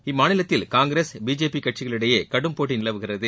இம்மாநிலத்தில் காங்கிரஸ் பிஜேபி கட்சிகள் இடையே கடும் போட்டி நிலவுகிறது